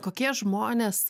kokie žmonės